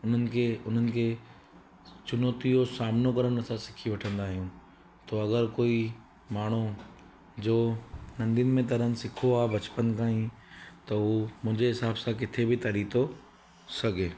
उन्हनि खे उन्हनि खे चुनैतियूं जो सामनो करणो त सिखी वठंदा आहियूं त अगरि कोई माण्हू जो नंदीनि में तरण सिख्यो आहे बचपन खां ई त उहो मुंहिंजे हिसाब सां काथे बि तरी थो सघे